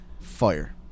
Fire